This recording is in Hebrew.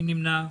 מי נמנע?